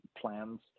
plans